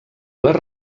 les